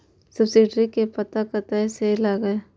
Subsidy के पता कतय से लागत?